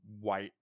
white